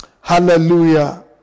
Hallelujah